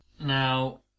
Now